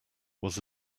was